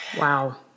Wow